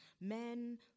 men